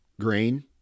grain